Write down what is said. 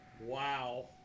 Wow